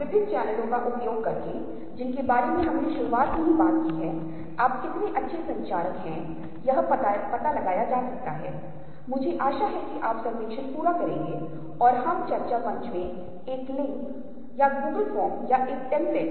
ये केवल लगभग पूर्ण वृत्त हैं जैसे केक आधा खाया हुआ क्या आप इस बात पर विचार नहीं कर सकते हैं कि ये तीन कोण हैं जिन्हें वहां रखा गया है क्यों सब कुछ कहने और करने के बाद फिर से केंद्र को देखें और एक त्रिकोण का अनुभव करें